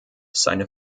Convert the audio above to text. seine